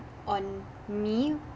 on me